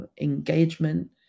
engagement